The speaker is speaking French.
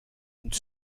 une